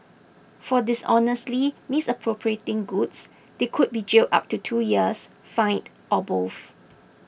for dishonestly misappropriating goods they could be jailed up to two years fined or both